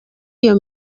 iyo